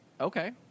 Okay